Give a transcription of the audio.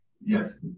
Yes